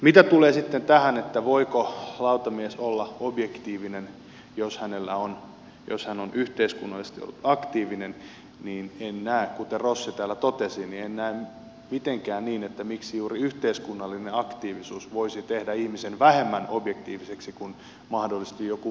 mitä tulee sitten tähän voiko lautamies olla objektiivinen jos hän on yhteiskunnallisesti ollut aktiivinen niin en näe kuten rossi täällä totesi mitenkään niin että miksi juuri yhteiskunnallinen aktiivisuus voisi tehdä ihmisen vähemmän objektiiviseksi kuin mahdollisesti jokin muu tausta